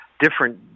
different